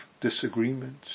disagreements